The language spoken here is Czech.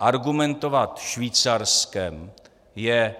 Argumentovat Švýcarskem je